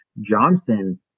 Johnson